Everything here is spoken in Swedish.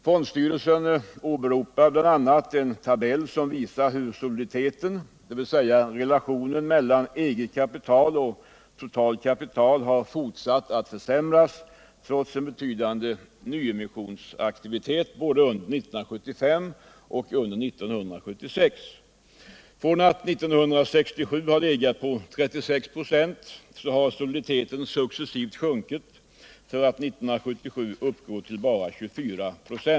Fondstyrelsen åberopar bl.a. en tabell som visar hur soliditeten, dvs. relationen mellan eget kapital och totalt kapital, har fortsatt att försämras trots en betydande nyemissionsaktivitet både under 1975 och 1976. Från att år 1967 ha legat på 36 ”. har soliditeten successivt sjunkit för att år 1977 bara uppgå till 24 "..